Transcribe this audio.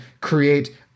create